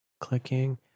Clicking